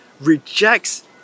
rejects